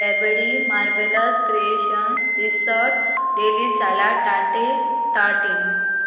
Eveready marvellous creation resort daily साला टाटे टाटीन